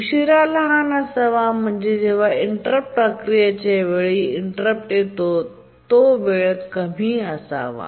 उशीरा लहान असावा म्हणजे जेव्हा इंटरप्ट प्रक्रियेच्या वेळी इंटरप्ट येतो तो वेळ कमी असावी